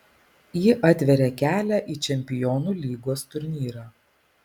ji atveria kelią į čempionų lygos turnyrą